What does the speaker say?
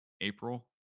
April